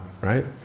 right